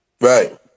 right